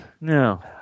no